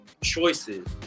choices